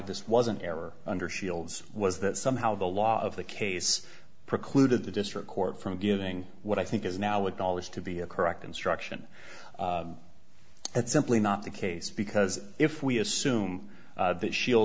this was an error under shields was that somehow the law of the case precluded the district court from giving what i think is now acknowledged to be a correct instruction it's simply not the case because if we assume that she'll